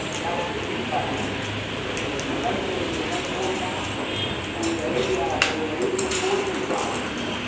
and now they beat by fifteen cents this year so revenue was ahead of forecast and they they raised their full-year guidance.